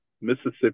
Mississippi